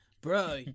Bro